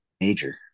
major